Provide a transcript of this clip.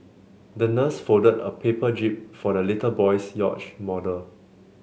the nurse folded a paper jib for the little boy's yacht model